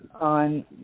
on